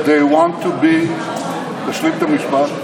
They want to be, תשלים את המשפט.